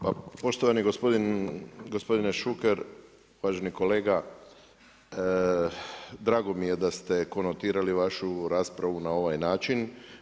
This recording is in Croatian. Pa poštovani gospodine Šuker, uvaženi kolega drago mi je da ste konotirali vašu raspravu na ovaj način.